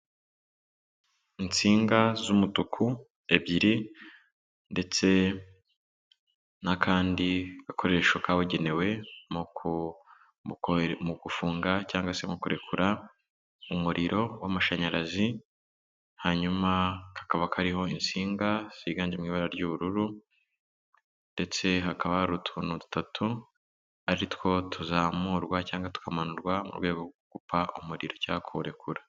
Insinga z'umutuku ebyiri ndetse n'akandi gakoresho kabugenewe mu ku mu kohere mu gufunga cyangwa se mu kurekura umuriro w'amashanyarazi, hanyuma kakaba kariho insinga ziganje mu ibara ry'ubururu ndetse hakaba hari utuntu dutatu ari two tuzamurwa cyangwa tukamanurwa mu rwego rwo gukupa umuriro cyangwa kuwurekura.